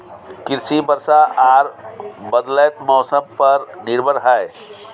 कृषि वर्षा आर बदलयत मौसम पर निर्भर हय